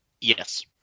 Yes